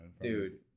dude